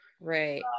Right